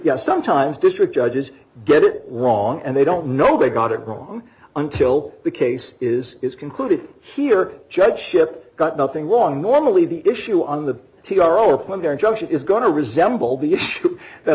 is sometimes district judges get it wrong and they don't know they got it wrong until the case is is concluded here judgeship got nothing wrong normally the issue on the t r o or when their judgment is going to resemble the issue that